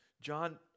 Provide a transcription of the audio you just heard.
John